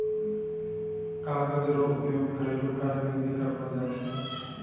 कागज रो उपयोग घरेलू कार्य मे भी करलो जाय छै